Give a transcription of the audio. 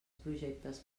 projectes